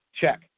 Check